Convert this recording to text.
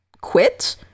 quit